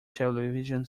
television